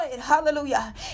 Hallelujah